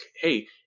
hey